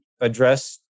address